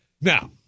Now